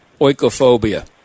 oikophobia